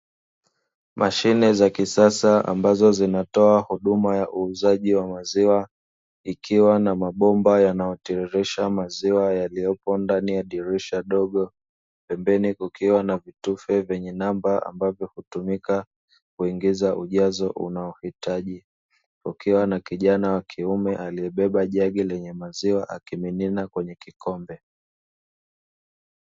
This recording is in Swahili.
Mashine za kisasa ambazo zinatoa huduma ya uuzaji wa maziwa, ikiwa na mabomba yanayotiririsha maziwa yaliyopo ndani ya dirisha dogo. Pembeni kukiwa na vitufe vyenye namba ambavyo hutumika, kuingiza ujazo unaohitaji. Kukiwa na kijana wa kiume aliyebeba jagi lenye maziwa, akimimina kwenye kikombe.